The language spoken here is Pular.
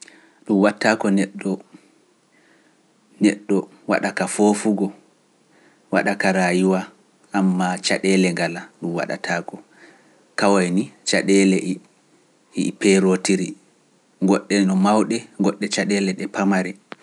Ɗum wattaako neɗɗo waɗa ka foofugo, waɗa ka rayiwa, ammaa caɗeele ngala ɗum waɗataako kawe ni caɗeele e peerootiri, goɗɗe no mawɗe, goɗɗe caɗeele ɗe pamare.